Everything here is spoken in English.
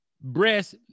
breast